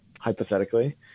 hypothetically